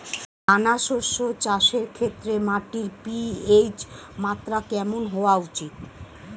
দানা শস্য চাষের ক্ষেত্রে মাটির পি.এইচ মাত্রা কেমন হওয়া উচিৎ?